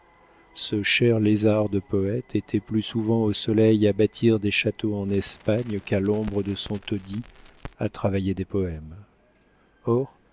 ce cher lézard de poète était plus souvent au soleil à bâtir des châteaux en espagne qu'à l'ombre de son taudis à travailler des poèmes or